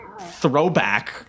throwback